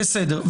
בסדר.